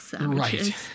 Right